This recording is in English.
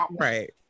Right